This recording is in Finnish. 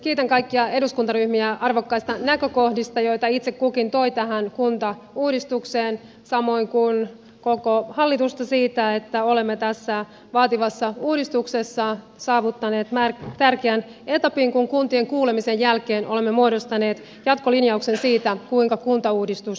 kiitän kaikkia eduskuntaryhmiä arvokkaista näkökohdista joita itse kukin toi tähän kuntauudistukseen samoin koko hallitusta siitä että olemme tässä vaativassa uudistuksessa saavuttaneet tärkeän etapin kun kuntien kuulemisen jälkeen olemme muodostaneet jatkolinjauksen siitä kuinka kuntauudistus nyt etenee